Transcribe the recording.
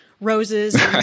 roses